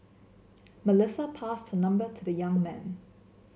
Melissa passed her number to the young man